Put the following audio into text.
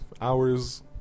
hours